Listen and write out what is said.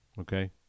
Okay